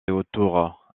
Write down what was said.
autour